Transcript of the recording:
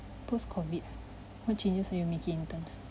post COVID ah what changes you making in terms